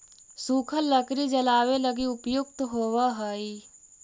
सूखल लकड़ी जलावे लगी उपयुक्त होवऽ हई